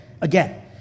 Again